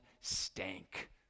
stank